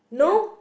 yeah